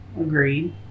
agreed